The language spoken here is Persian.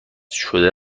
شده